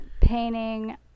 painting